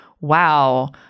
wow